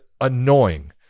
annoying